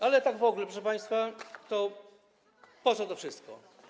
Ale tak w ogóle, proszę państwa, to po co to wszystko?